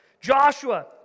Joshua